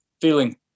feeling